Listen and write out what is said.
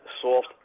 soft